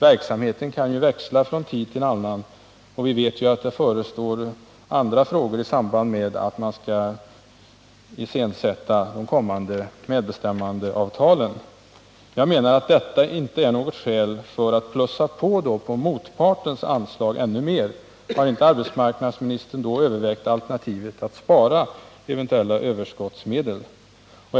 Verksamheten kan ju växla från tid till annan, och vi vet att det förestår nya uppgifter i samband med att man skall genomföra de kommande medbestämmandeavtalen. Jag menar att detta inte är något skäl för att plussa på ännu mer på motpartens anslag. Har inte arbetsmarknadsministern övervägt alternativet att i stället spara de eventuella överskottsmedlen?